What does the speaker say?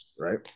Right